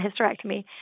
hysterectomy